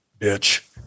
bitch